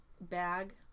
bag